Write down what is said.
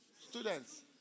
Students